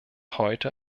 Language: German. heute